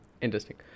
Interesting